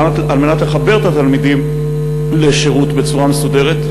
על מנת לחבר את התלמידים לשירות בצורה מסודרת?